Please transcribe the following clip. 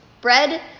Bread